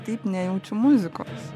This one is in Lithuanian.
taip nejaučiu muzikos